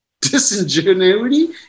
disingenuity